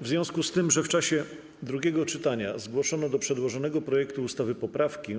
W związku z tym, że w czasie drugiego czytania zgłoszono do przedłożonego projektu ustawy poprawki,